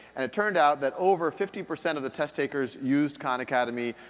and it turned out that over fifty percent of the test takers used khan academy,